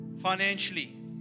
financially